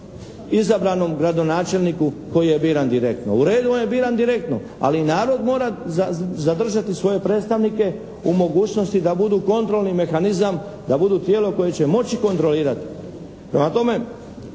izabranom gradonačelniku koji je biran direktno. U redu, on je biran direktno, ali i narod mora zadržati svoje predstavnike u mogućnosti da budu kontrolni mehanizam, da budu tijelo koje će moći kontrolirati. Prema tome,